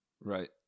Right